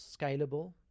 scalable